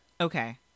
Okay